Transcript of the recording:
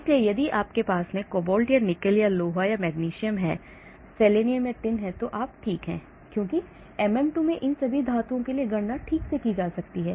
इसलिए यदि आपके पास कोबाल्ट या निकल या लोहा या मैग्नीशियम सेलेनियम टिन है तो आप ठीक हैं क्योंकि MM2 में इन सभी ऊर्जाओं के लिए गणना ठीक से की जा सकती है